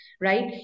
right